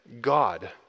God